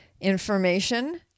information